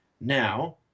Now